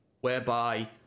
whereby